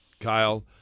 Kyle